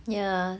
ya